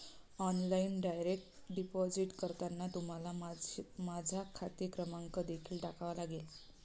online direct deposit करताना तुम्हाला माझा खाते क्रमांक देखील टाकावा लागेल